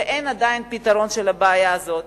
ועדיין אין פתרון של הבעיה הזאת.